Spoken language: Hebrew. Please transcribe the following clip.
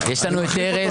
יש לנו את ארז.